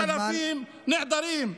7,000 נעדרים.